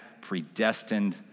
predestined